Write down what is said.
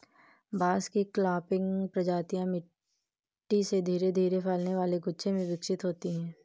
बांस की क्लंपिंग प्रजातियां मिट्टी से धीरे धीरे फैलने वाले गुच्छे में विकसित होती हैं